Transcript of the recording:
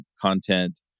content